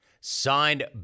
Signed